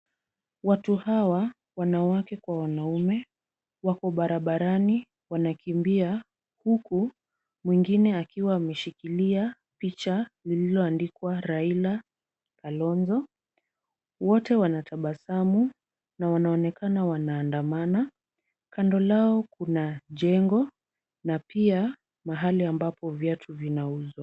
Watu hawa, wanawake kwa wanaume wako barabarani wanakimbia huku mwingine akiwa ameshikilia picha lililo andikwa Raila, Kalonzo. Wote wanatabasamu na wanaonekana wanaandamana. Kando lao kuna jengo na pia mahali ambapo viatu vinauzwa.